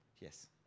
Yes